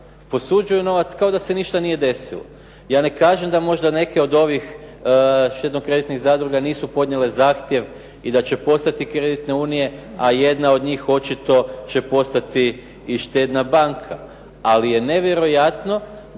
posuđuju novac kao da se ništa nije desilo. Ja ne kažem da možda neke od ovih štedno-kreditnih zadruga nisu podnijele zahtjev i da će postati kreditne unije, a jedna od njih očito će postati i štedna banka. Ali je nevjerojatno da